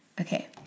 Okay